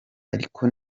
ariko